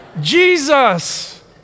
Jesus